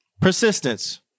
Persistence